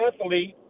athlete